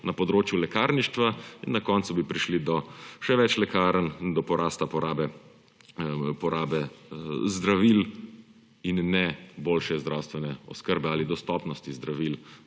na področju lekarništva in na koncu bi prišli do še več lekarn in do porasta porabe zdravil in ne boljše zdravstvene oskrbe ali dostopnosti zdravil